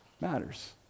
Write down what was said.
matters